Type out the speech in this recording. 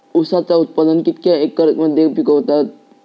ऊसाचा उत्पादन कितक्या एकर मध्ये पिकवतत?